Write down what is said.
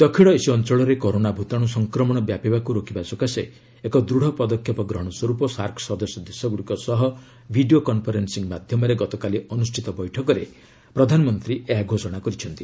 ଦକ୍ଷିଣ ଏସୀୟ ଅଞ୍ଚଳରେ କରୋନା ଭୂତାଣୁ ସଂକ୍ରମଣ ବ୍ୟାପିବାକୁ ରୋକିବା ସକାଶେ ଏକ ଦୂଢ଼ ପଦକ୍ଷେପ ସ୍ୱର୍ପ ସାର୍କ ସଦସ୍ୟ ଦେଶଗୁଡ଼ିକ ସହ ଭିଡ଼ିଓ କନ୍ଫରେନ୍ସିଂ ମାଧ୍ୟମରେ ଗତକାଲି ଅନୁଷ୍ଠିତ ବୈଠକରେ ପ୍ରଧାନମନ୍ତ୍ରୀ ଏହା ଘୋଷଣା କରିଛନ୍ତି